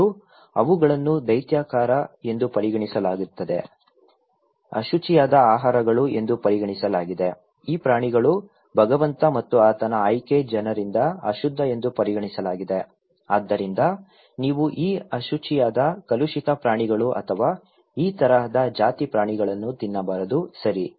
ಮತ್ತು ಅವುಗಳನ್ನು ದೈತ್ಯಾಕಾರ ಎಂದು ಪರಿಗಣಿಸಲಾಗುತ್ತದೆ ಅಶುಚಿಯಾದ ಆಹಾರಗಳು ಎಂದು ಪರಿಗಣಿಸಲಾಗಿದೆ ಈ ಪ್ರಾಣಿಗಳು ಭಗವಂತ ಮತ್ತು ಆತನ ಆಯ್ಕೆ ಜನರಿಂದ ಅಶುದ್ಧ ಎಂದು ಪರಿಗಣಿಸಲಾಗಿದೆ ಆದ್ದರಿಂದ ನೀವು ಈ ಅಶುಚಿಯಾದ ಕಲುಷಿತ ಪ್ರಾಣಿಗಳು ಅಥವಾ ಈ ತರಹದ ಜಾತಿ ಪ್ರಾಣಿಗಳನ್ನು ತಿನ್ನಬಾರದು ಸರಿ